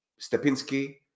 Stepinski